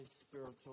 spiritual